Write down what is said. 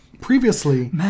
Previously